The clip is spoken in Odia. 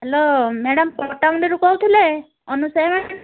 ହ୍ୟାଲୋ ମ୍ୟାଡ଼ାମ୍ ପଟ୍ଟାମୁଣ୍ଡେଇରୁ କହୁଥିଲେ ଅନୁସୟା ମ୍ୟାଡ଼ାମ୍